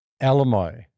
Alamo